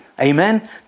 Amen